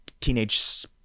teenage